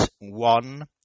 one